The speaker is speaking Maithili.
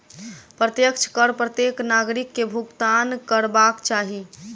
प्रत्यक्ष कर प्रत्येक नागरिक के भुगतान करबाक चाही